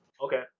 Okay